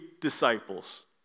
disciples